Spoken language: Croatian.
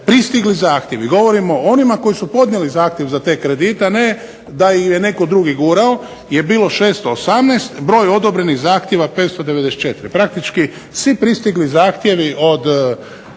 pristigli zahtjevi govorim o onima koji su podnijeli zahtjev za te kredite, a ne da ih je netko drugi gurao je bilo 618, broj odobrenih zahtjeva 594. praktički svi pristigli zahtjevi od